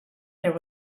there